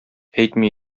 әйтми